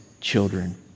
children